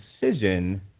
decision